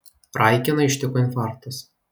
raikiną ištiko infarktas